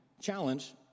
challenge